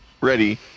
ready